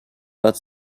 but